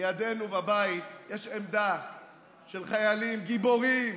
לידנו בבית יש עמדה של חיילים גיבורים